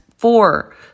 Four